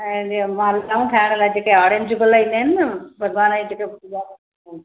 ऐं जीअं मालाऊं ठाहिण लाइ जेके ऑरेंज गुल ईंदा आहिनि न भॻवान जी जेके पूजा कंदा आहियूं